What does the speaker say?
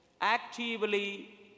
actively